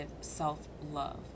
self-love